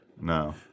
No